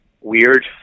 weird